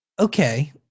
Okay